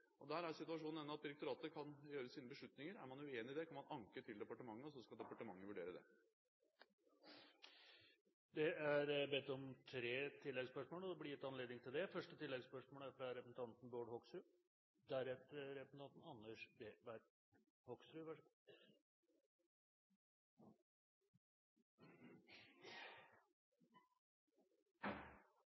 Der er situasjonen den at direktoratet kan gjøre sine beslutninger. Er man uenig i det, kan man anke til departementet, og så skal departementet vurdere det. Det blir gitt anledning til tre oppfølgingsspørsmål – først representanten Bård Hoksrud. Det